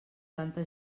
tanta